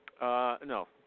no